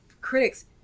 critics